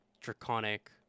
draconic